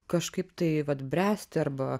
kažkaip tai vat bręsti arba